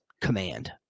command